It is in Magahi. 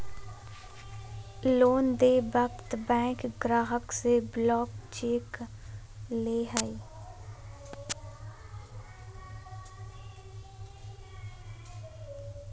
लोन देय वक्त बैंक ग्राहक से ब्लैंक चेक ले हइ